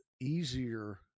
easier